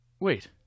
wait